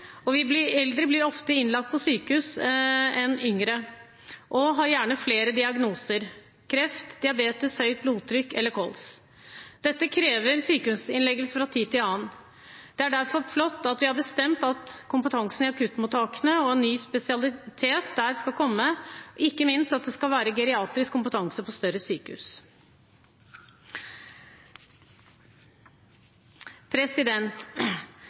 framtiden. Vi blir flere og flere eldre, og eldre blir oftere innlagt på sykehus enn yngre og har gjerne flere diagnoser – kreft, diabetes, høyt blodtrykk eller kols. Dette krever sykehusinnleggelser fra tid til annen. Det er derfor flott at vi har bestemt at kompetansen i akuttmottakene skal økes, og at det skal komme en ny spesialitet der, ikke minst at det skal være geriatrisk kompetanse på større